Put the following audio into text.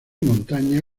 montaña